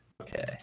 Okay